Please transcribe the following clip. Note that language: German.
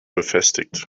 befestigt